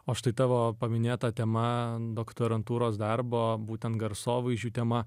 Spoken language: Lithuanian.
o štai tavo paminėta tema doktorantūros darbo būtent garsovaizdžių tema